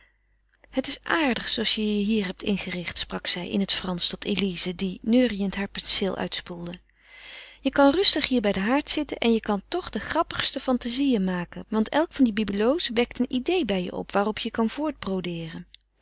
het is aardig zooals je je hier hebt ingericht sprak zij in het fransch tot eline die neuriënd haar penseel uitspoelde je kan rustig hier bij den haard zitten en je kan toch de grappigste fantazieën maken want elk van die bibelots wekt een idée bij je op waarop je kan